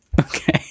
okay